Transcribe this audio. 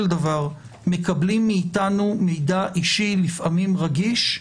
דבר מקבלים מאיתנו מידע אישי לפעמים רגיש,